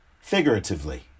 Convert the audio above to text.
figuratively